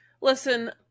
Listen